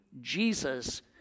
Jesus